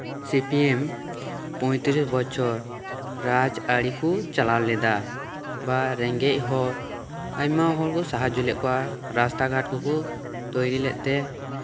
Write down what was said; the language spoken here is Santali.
ᱥᱤ ᱯᱤ ᱮᱢ ᱯᱚᱸᱭᱛᱨᱤᱥ ᱵᱚᱪᱷᱚᱨ ᱨᱟᱡᱽ ᱟᱹᱨᱤ ᱠᱚ ᱪᱟᱞᱟᱣ ᱞᱮᱫᱟ ᱵᱟ ᱨᱮᱸᱜᱮᱪ ᱦᱚᱲ ᱟᱭᱢᱟ ᱦᱚᱲ ᱠᱚ ᱥᱟᱦᱟᱡᱡᱚ ᱞᱮᱫ ᱠᱚᱣᱟ ᱨᱟᱥᱛᱟ ᱜᱷᱟᱴ ᱠᱚ ᱠᱚ ᱛᱳᱭᱨᱤ ᱞᱮᱫ ᱛᱮ